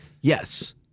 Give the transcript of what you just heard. Yes